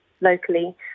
locally